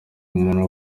umuntu